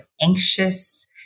anxious